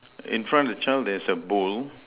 in front the child there's a bowl